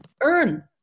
earn